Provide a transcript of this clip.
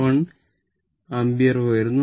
61 ampere വരുന്നു